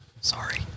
Sorry